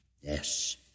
Yes